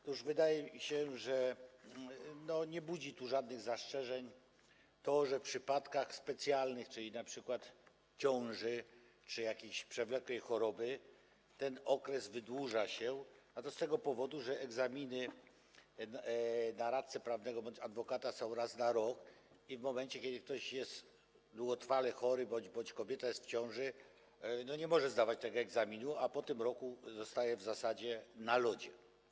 Otóż wydaje mi się, że nie budzi tu żadnych zastrzeżeń to, że w przypadkach specjalnych, czyli np. ciąży czy jakiejś przewlekłej choroby, ten okres wydłuża się, a to z tego powodu, że egzaminy na radcę prawnego bądź adwokata są raz na rok i w momencie, kiedy ktoś jest długotrwale chory bądź kobieta jest w ciąży, nie może zdawać tego egzaminu, a po tym roku zostaje w zasadzie na lodzie.